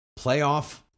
Playoff